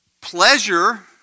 pleasure